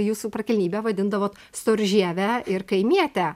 jūsų prakilnybe vadindavo storžieve ir kaimiete